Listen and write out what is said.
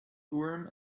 urim